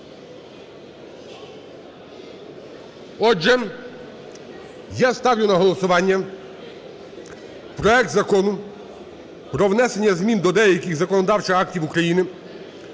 Отже, я ставлю на голосування проект Закону про внесення змін до деяких законодавчих актів України